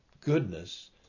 goodness